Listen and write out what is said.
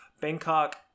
Bangkok